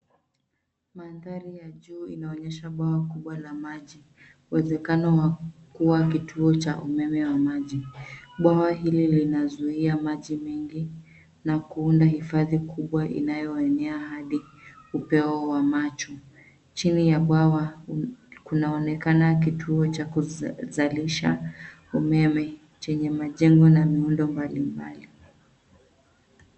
Mandhari ya juu inaonyesha bwawa kubwa la maji, uwezekano wa kuwa kituo cha umeme wa maji. Bwawa hili linazuia maji mengi na kuunda hifadhi kubwa inayoenea hadi upeo wa macho. Chini ya bwawa kunaonekana kituo cha kuzalisha umeme chenye majengo na miundo mbali mbali.